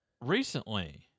Recently